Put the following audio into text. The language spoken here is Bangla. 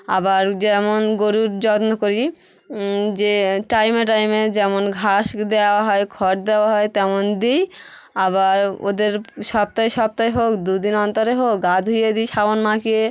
আবার যেমন গোরুর যত্ন করি যে টাইমে টাইমে যেমন ঘাস দেওয়া হয় খড় দেওয়া হয় তেমন দিই আবার ওদের সপ্তাহে সপ্তাহে হোক দুদিন অন্তরে হোক গা ধুয়ে দিই সাবান মাখিয়ে